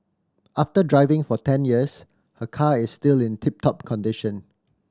after driving for ten years her car is still in tip top condition